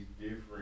different